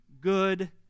good